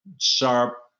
sharp